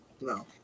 No